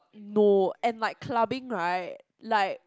know and my clubbing right like